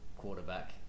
quarterback